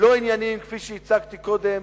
לא ענייניים, כפי שהצגתי קודם.